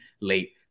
late